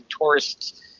tourists